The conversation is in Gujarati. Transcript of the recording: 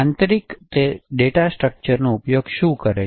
આંતરીક અને તેથી વધુ ડેટા સ્ટ્રક્ચરનો ઉપયોગ શું છે